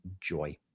joy